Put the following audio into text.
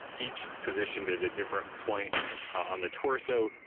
each positioned at a different point on the torso,